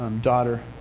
daughter